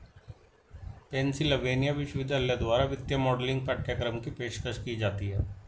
Pennsylvania विश्वविद्यालय द्वारा वित्तीय मॉडलिंग पाठ्यक्रम की पेशकश की जाती हैं